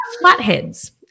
Flatheads